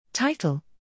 title